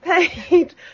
paid